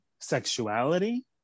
sexuality